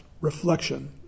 reflection